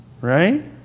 right